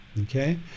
okay